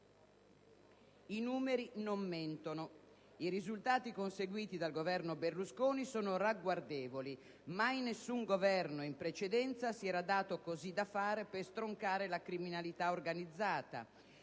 I numeri non mentono. I risultati conseguiti dal Governo Berlusconi sono ragguardevoli. Mai nessun Governo in precedenza si era dato così da fare per stroncare la criminalità organizzata.